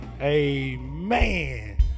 amen